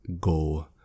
go